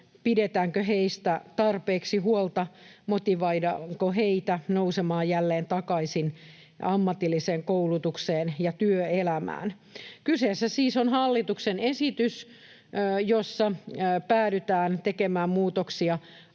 pidetäänkö heistä tarpeeksi huolta, motivoidaanko heitä nousemaan jälleen takaisin ammatilliseen koulutukseen ja työelämään. Kyseessä siis on hallituksen esitys, jossa päädytään tekemään muutoksia